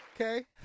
Okay